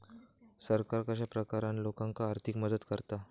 सरकार कश्या प्रकारान लोकांक आर्थिक मदत करता?